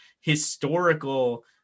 historical